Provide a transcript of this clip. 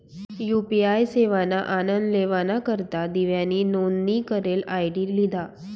UPI सेवाना आनन लेवाना करता दिव्यानी नोंदनी करेल आय.डी लिधा